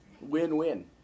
Win-win